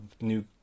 new